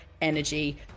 energy